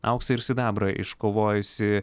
auksą ir sidabrą iškovojusį